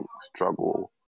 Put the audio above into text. struggle